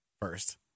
first